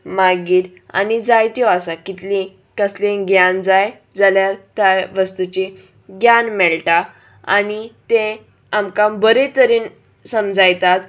मागीर आनी जायत्यो आसा कितली कसलें ज्ञान जाय जाल्यार त्या वस्तूची ज्ञान मेळटा आनी तें आमकां बरे तरेन समजायतात